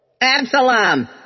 Absalom